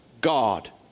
God